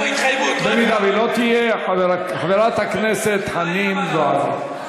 אם היא לא תהיה, חברת הכנסת חנין זועבי.